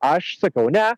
aš sakau ne